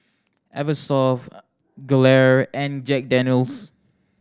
Eversoft Gelare and Jack Daniel's